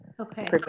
Okay